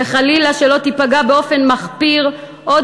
וחלילה שלא תיפגע באופן מחפיר עוד